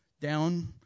down